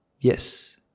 Yes